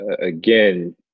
again